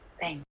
Thanks